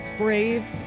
brave